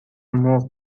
مرغ